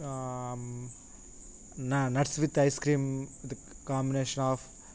nuts with ice cream combination of